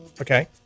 okay